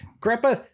Grandpa